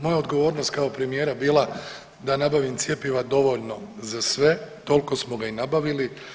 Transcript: Moja je odgovornost kao premijera bila da nabavim cjepiva dovoljno za sve, toliko smo ga i nabavili.